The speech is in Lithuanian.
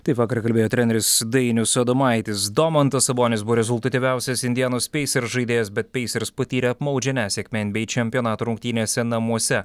taip vakar kalbėjo treneris dainius adomaitis domantas sabonis buvo rezultatyviausias indianos peisers žaidėjas bet peisers patyrė apmaudžią nesėkmę en by ei čempionato rungtynėse namuose